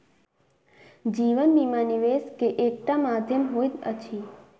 जीवन बीमा, निवेश के एकटा माध्यम होइत अछि